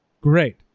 Great